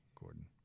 Gordon